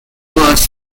was